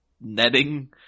netting